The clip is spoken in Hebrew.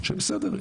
שבסדר,